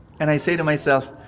and i say to myself,